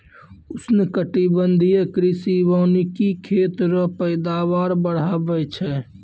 उष्णकटिबंधीय कृषि वानिकी खेत रो पैदावार बढ़ाबै छै